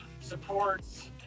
supports